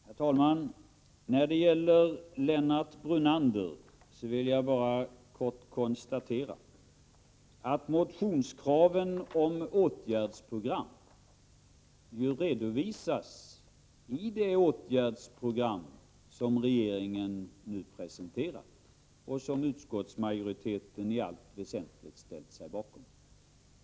Herr talman! När det gäller det som Lennart Brunander sade vill jag bara konstatera att kraven på åtgärdsprogram ju redovisas i det förslag som regeringen har presenterat och som utskottsmajoriteten i allt väsentligt har ställt sig bakom.